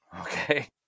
Okay